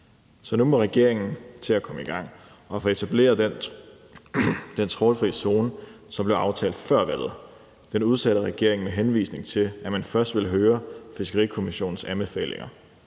Så nu må regeringen til at komme i gang og få etableret den trawlfri zone, som blev aftalt før valget. Det udsætter regeringen, med henvisning til at man først vil høre Fiskerikommissionens anbefalinger.